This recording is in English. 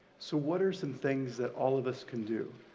so what are some things that all of us can do?